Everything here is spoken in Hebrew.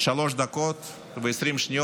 שלוש דקות ו-20 שניות.